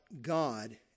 God